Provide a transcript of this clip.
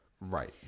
Right